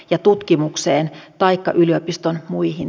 ja tutkimukseen taikka yliopiston muihin